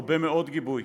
הרבה מאוד גיבוי